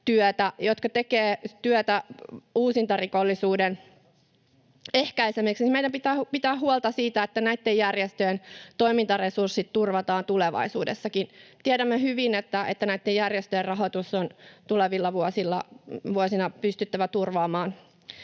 jotka tekevät työtä uusintarikollisuuden ehkäisemiseksi, toimintaresurssit turvataan tulevaisuudessakin. Tiedämme hyvin, että näitten järjestöjen rahoitus on tulevina vuosina pystyttävä turvaamaan.